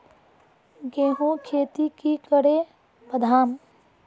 गेंहू खेती की करे बढ़ाम?